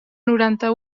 noranta